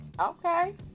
Okay